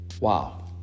Wow